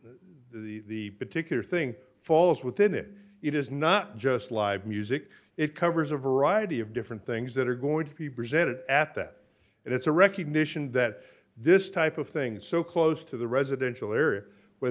is the particular thing falls within it it is not just live music it covers a variety of different things that are going to be presented at that and it's a recognition that this type of thing so close to the residential area where